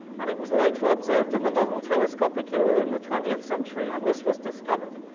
and it was later observed in the modern telescopic era, in the twentieth century, and this was discovered.